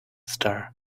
star